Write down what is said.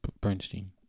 Bernstein